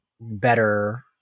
better